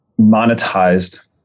monetized